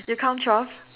you count twelve